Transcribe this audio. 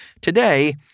today